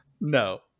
No